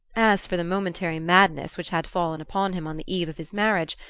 as for the momentary madness which had fallen upon him on the eve of his marriage,